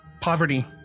poverty